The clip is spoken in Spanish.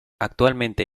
actualmente